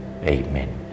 Amen